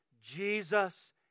Jesus